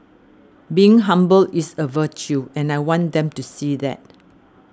being humble is a virtue and I want them to see that